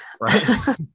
Right